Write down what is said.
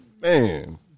Man